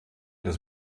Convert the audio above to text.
des